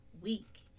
week